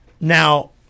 Now